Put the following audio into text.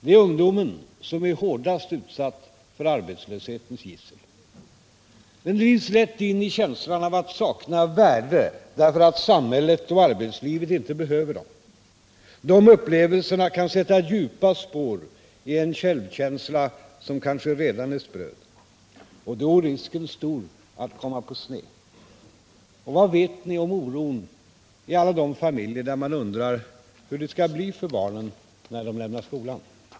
Det är ungdomarna som är hårdast utsatta för arbétslöshetens gissel. De drivs lätt in i känslan av att sakna värde, därför att samhället och arbetslivet inte behöver dem. De upplevelserna kan sätta djupa spår i en självkänsla som kanske redan är spröd. Och då är risken stor att komma på sned. Vad vet ni om oron i alla de familjer där man undrar hur det skall bli för barnen när de lämnar skolan?